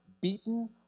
beaten